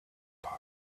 paul